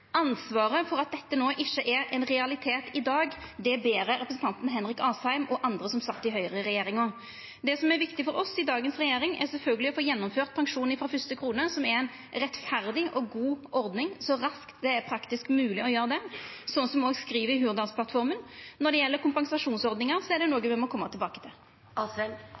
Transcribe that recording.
Ansvaret for at dette ikkje er ein realitet i dag, ber representanten Henrik Asheim og andre som sat i høgreregjeringa. Det som er viktig for oss i dagens regjering, er sjølvsagt å få gjennomført pensjon frå fyrste krone, som er ei rettferdig og god ordning, så raskt det er praktisk mogleg å gjera det – som me òg skriv i Hurdalsplattforma. Når det gjeld kompensasjonsordninga, er det noko me må koma tilbake til.